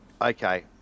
Okay